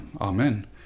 Amen